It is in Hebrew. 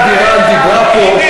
חברת הכנסת מיכל בירן דיברה פה.